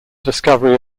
discovery